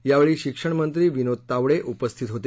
यावेळी शिक्षण मंत्री विनोद तावडे उपस्थित होते